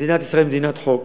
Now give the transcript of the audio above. מדינת ישראל היא מדינת חוק,